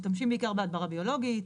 משתמשים בעיקר בהדברה ביולוגית.